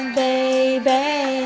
baby